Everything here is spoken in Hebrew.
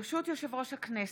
ברשות יושב-ראש הכנסת,